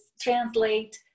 translate